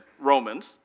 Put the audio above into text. Romans